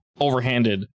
overhanded